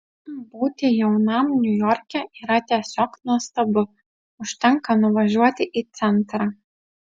būti jaunam niujorke yra tiesiog nuostabu užtenka nuvažiuoti į centrą